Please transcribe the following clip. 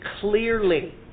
clearly